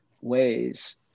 ways